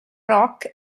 rock